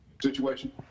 situation